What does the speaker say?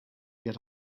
get